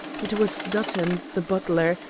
it was dutton, the butler,